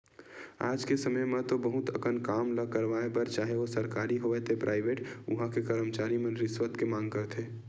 आज के समे म तो बहुत अकन काम ल करवाय बर चाहे ओ सरकारी होवय ते पराइवेट उहां के करमचारी मन रिस्वत के मांग करथे